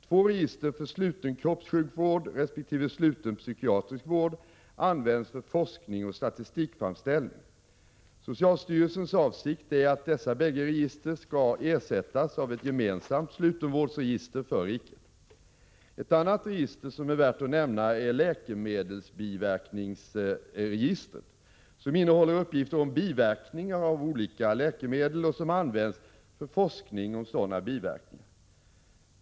Två register för sluten kroppssjukvård resp. sluten psykiatrisk vård används för forskning och statistikframställning. Socialstyrelsens avsikt är att dessa bägge register skall ersättas av ett gemensamt slutenvårdsregister för riket. Ett annat register som är värt att nämna är läkemedelsbiverkningsregistret, som innehåller uppgifter om biverkningar av olika läkemedel och som används för forskning om sådana biverkningar.